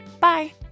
Bye